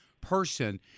person